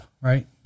right